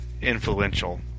influential